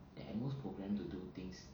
they at most program to do things